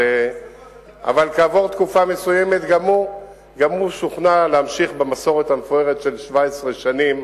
אבל כעבור תקופה מסוימת גם הוא שוכנע להמשיך במסורת המפוארת של 17 שנים,